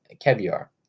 caviar